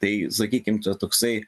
tai sakykim čia toksai